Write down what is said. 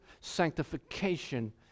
sanctification